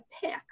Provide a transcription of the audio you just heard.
pick